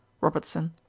Robertson